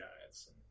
giants